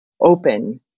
open